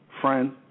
friend